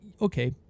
okay